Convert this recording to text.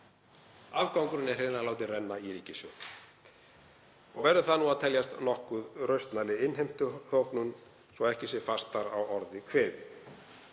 Afgangurinn er hreinlega látinn renna í ríkissjóð og verður það að teljast nokkuð rausnarleg innheimtuþóknun, svo ekki sé fastar að orði kveðið.